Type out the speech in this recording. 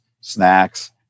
snacks